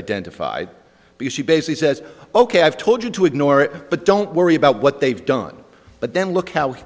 identified because she basically says ok i've told you to ignore it but don't worry about what they've done but then look how he